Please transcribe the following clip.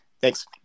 Thanks